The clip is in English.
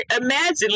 Imagine